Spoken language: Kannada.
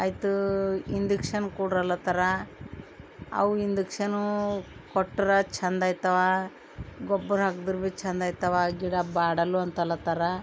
ಆಯಿತು ಇಂದೆಕ್ಷನ್ ಕೊಡ್ರಲ್ಲತರ ಅವು ಇಂದೆಕ್ಷನು ಕೊಟ್ರೆ ಚಂದ ಆಯ್ತವೆ ಗೊಬ್ಬರ ಹಾಕ್ದ್ರೂ ಭೀ ಚಂದ ಆಯ್ತವೆ ಗಿಡ ಬಾಡಲ್ವಂತಲ್ಲತರ